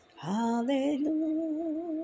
Hallelujah